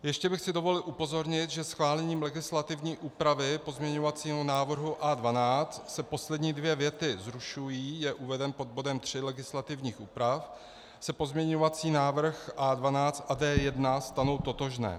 Ještě bych si dovolil upozornit, že schválením legislativní úpravy k pozměňovacímu návrhu A12 se poslední dvě věty zrušují, je uveden pod bodem 3 legislativních úprav, se pozměňovací návrhy A12 a D1 stanou totožné.